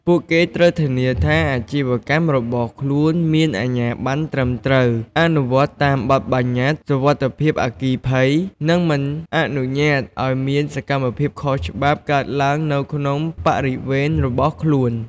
ពួកគេត្រូវធានាថាអាជីវកម្មរបស់ខ្លួនមានអាជ្ញាប័ណ្ណត្រឹមត្រូវ អនុវត្តតាមបទប្បញ្ញត្តិសុវត្ថិភាពអគ្គិភ័យ និងមិនអនុញ្ញាតឲ្យមានសកម្មភាពខុសច្បាប់កើតឡើងនៅក្នុងបរិវេណរបស់ខ្លួន។